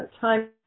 time